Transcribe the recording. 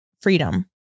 freedom